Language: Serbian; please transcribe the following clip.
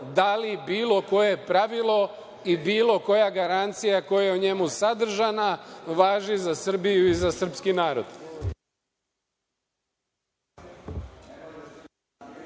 da li bilo koje pravilo i bilo koja garancija koja je u njemu sadržana važi za Srbiju i za srpski narod.